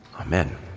Amen